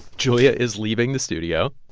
julia is leaving the studio.